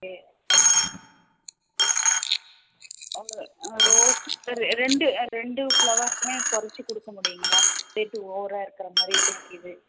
okay உங்கள் rose ரெ ரெண்டு ஆ ரெண்டு ஃப்ளவர்ஸ்ஸும் கொறைச்சி கொடுக்க முடியுங்களா ரேட்டு ஓவராக இருக்கிற மாதிரி தெரியுது